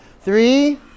three